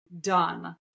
Done